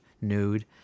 nude